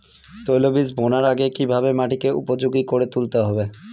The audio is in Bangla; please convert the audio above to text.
তৈলবীজ বোনার আগে কিভাবে মাটিকে উপযোগী করে তুলতে হবে?